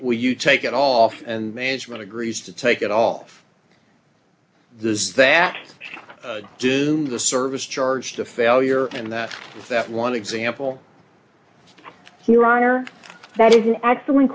we you take it off and management agrees to take it off does that do the service charge to failure and that that one example your honor that is an excellent